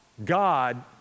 God